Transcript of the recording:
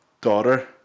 daughter